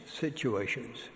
situations